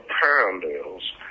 parallels